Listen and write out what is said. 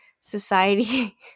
Society